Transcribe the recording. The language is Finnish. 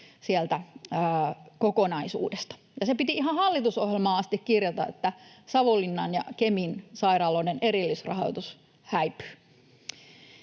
kokonaisuudesta, ja se piti ihan hallitusohjelmaan asti kirjata, että Savonlinnan ja Kemin sairaaloiden erillisrahoitus häipyy.